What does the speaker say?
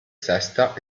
sesta